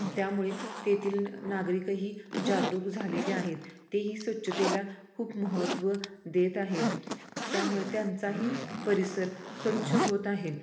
त्यामुळे तेथील नागरिकही जागरूक झालेले आहेत तेही स्वच्छतेला खूप महत्त्व देत आहेत त्यामुळे त्यांचाही परिसर स्वच्छ होत आहे